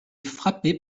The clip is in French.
frappé